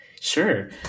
sure